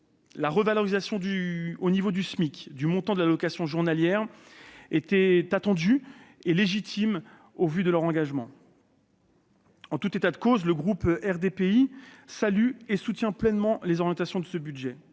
La revalorisation au niveau du SMIC du montant de l'allocation journalière était attendue, et légitime au vu de l'engagement de ces personnes. En tout état de cause, le groupe RDPI salue et soutient pleinement les orientations de ce budget.